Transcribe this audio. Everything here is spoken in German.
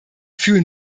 fühlen